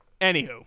anywho